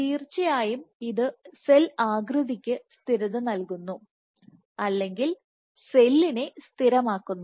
തീർച്ചയായും ഇത് സെൽ ആകൃതിക്ക് സ്ഥിരത നൽകുന്നു അല്ലെങ്കിൽ സെല്ലിനെ സ്ഥിരമാക്കുന്നു